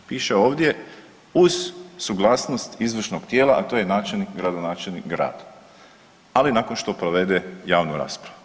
Piše ovdje uz suglasnost izvršnog tijela, a to je načelnik i gradonačelnik grada, ali nakon što provede javnu raspravu.